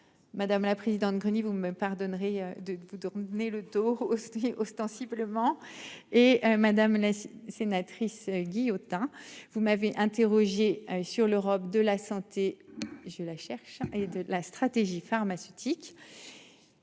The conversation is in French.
Madame la présidente Gruny, vous me pardonnerez de vous ramener le taux aussi ostensiblement et madame la sénatrice. Guillotin, vous m'avez interrogé sur l'Europe de la santé. Je la cherche et de la stratégie pharmaceutique.--